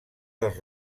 dels